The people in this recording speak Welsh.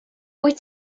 wyt